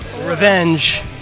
revenge